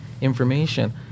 information